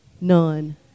None